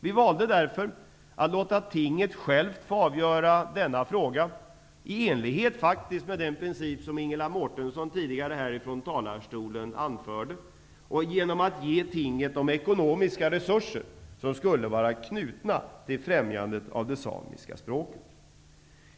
Vi valde därför att låta tinget självt få avgöra denna fråga, i enlighet med den princip som Ingela Mårtensson tidigare anförde från talarstolen och genom att ge tinget de ekonomiska resurser som skulle vara knutna till främjandet av det samiska språket.